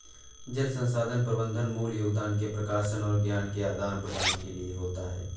जल संसाधन प्रबंधन मूल योगदान के प्रकाशन और ज्ञान के आदान प्रदान के लिए होता है